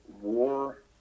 war